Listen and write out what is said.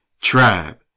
tribe